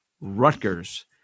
Rutgers